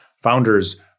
founders